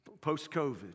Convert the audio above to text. Post-COVID